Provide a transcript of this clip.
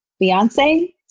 Beyonce